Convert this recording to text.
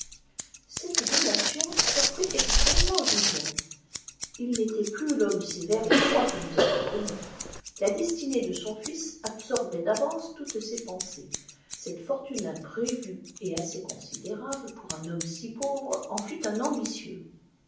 cette donation surprit extrêmement julien il n'était plus l'homme sévère et froid que nous avons connu la destinée de son fils absorbait d'avance toutes ses pensées cette fortune imprévue et assez considérable pour un homme si pauvre en fit un ambitieux